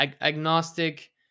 agnostic